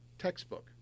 textbook